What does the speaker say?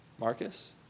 Marcus